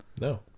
No